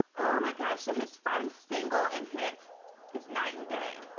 oh, my god. so his first single and hit is night and day